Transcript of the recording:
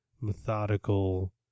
methodical